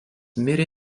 mirė